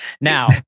Now